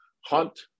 Hunt